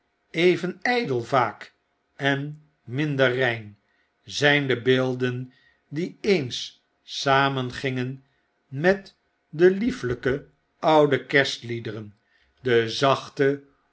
even ijdel vaak en minder rein zyn de beelden die eens samengingen met de liefelyke oude kerstliederen de zachte